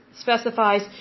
specifies